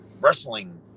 wrestling